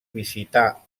visità